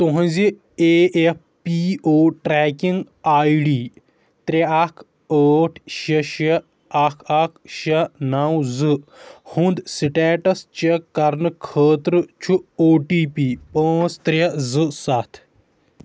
تُہنٛزِ A F P O tracking I D ترٛےٚ اکھ ٲٹھ شےٚ شےٚ اکھ اکھ شےٚ نَو زٕ ہُنٛد سِٹیٹس چیک کرنہٕ خٲطرٕ چھُ او ٹی پی پانٛژھ ترٛےٚ زٕ سَتھ